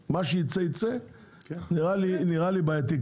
שמה שיצא, יצא, אבל לי זה נראה קצת בעייתי.